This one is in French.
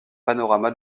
panorama